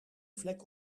vlek